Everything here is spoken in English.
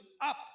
up